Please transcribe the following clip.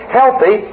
healthy